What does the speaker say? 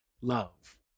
love